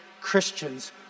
Christians